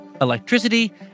electricity